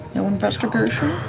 no investigation?